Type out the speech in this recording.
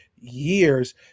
years